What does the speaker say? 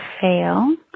fail